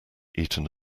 eaten